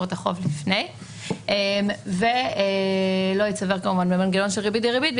את החוב לפני כן; ולא ייצבר במנגנון של ריבית דריבית,